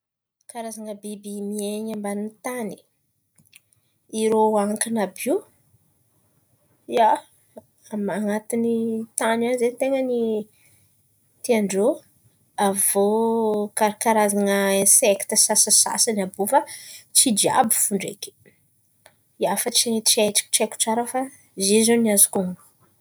Karazana biby miain̈y ambanin'n̈y tany, irô hankana àby io, an̈atin̈y tan̈y an̈y zen̈y ten̈a tian̈y irô, avy eo karazan̈a insekty sasasasan̈y àby io fa tsy jiàby fo ndreky. Fa tsy haiko fa izay zao no azoko hon̈ono.